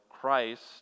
Christ